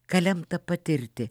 ką lemta patirti